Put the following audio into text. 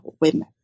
women